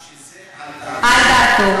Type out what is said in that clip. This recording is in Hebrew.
שזה על דעתו.